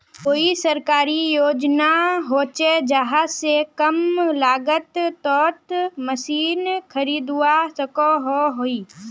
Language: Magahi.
कोई सरकारी योजना होचे जहा से कम लागत तोत मशीन खरीदवार सकोहो ही?